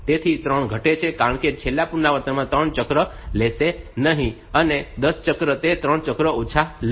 તેથી 3 ઘટે છે કારણ કે છેલ્લું પુનરાવર્તન 3 ચક્ર લેશે નહીં અને 10 ચક્ર તે 3 ચક્ર ઓછા લેશે